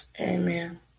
Amen